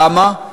למה?